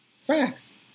Facts